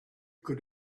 could